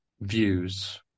views